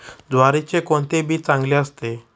ज्वारीचे कोणते बी चांगले असते?